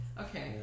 Okay